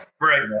Right